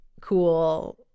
cool